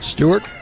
Stewart